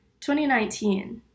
2019